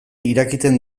irakiten